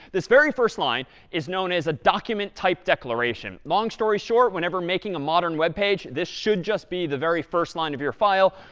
this very first line is known as a document type declaration. long story short, whenever making a modern web page, this should just be the very first line of your file,